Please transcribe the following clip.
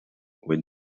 with